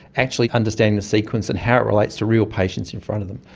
actually understanding the sequence and how it relates to real patients in front of them.